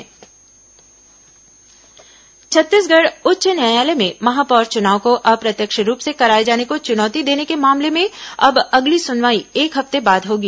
high court सनुवाई छत्तीसगढ़ उच्च न्यायालय में महापौर चुनाव को अप्रत्यक्ष रूप से कराए जाने को चुनौती देने के मामले में अब अगली सुनवाई एक हफ्ते बाद होगी